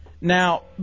Now